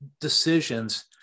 decisions